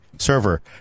server